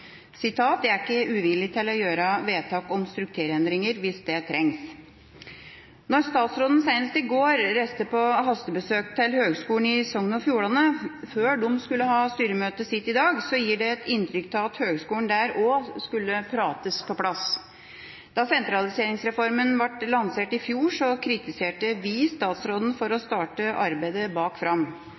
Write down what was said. jeg er ikke uvillig til å gjøre vedtak om strukturendringer hvis det trengs.» At statsråden senest i går reiste på hastebesøk til Høgskulen i Sogn og Fjordane, før de skulle ha styremøtet sitt i dag, gir inntrykk av at også høgskolen der skulle prates på plass. Da sentraliseringsreformen ble lansert i fjor, kritiserte vi statsråden for å starte arbeidet bak fram.